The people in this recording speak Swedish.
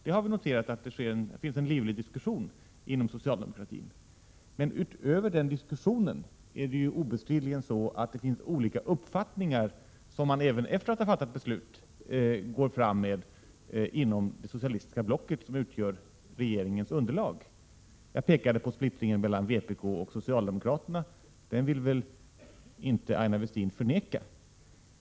Vi har noterat att det förs en livlig diskussion inom socialdemokratin, men utöver den diskussionen är det obestridligen så att det finns olika uppfattningar, som man även efter det att beslut har fattats går fram med inom det socialistiska blocket, som utgör regeringens underlag. Jag pekade på splittringen mellan vpk och socialdemokraterna — den vill väl Aina Westin inte förneka?